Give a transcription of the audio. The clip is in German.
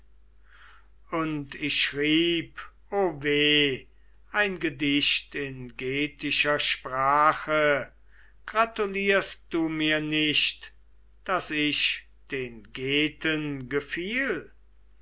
und ich schrieb o weh ein gedicht in getischer sprache gratulierst du mir nicht daß ich den geten gefiel